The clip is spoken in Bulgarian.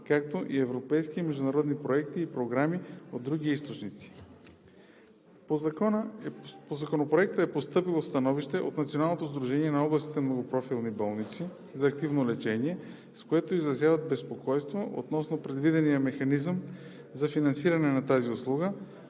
както и по европейски и международни проекти и програми и от други източници. По Законопроекта е постъпило становище от Националното сдружение на областните многопрофилни болници за активно лечение, с което изразяват безпокойство относно предвидения механизъм за финансиране на тази услуга,